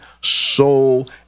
soul